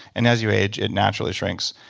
and as you age it naturally shrinks.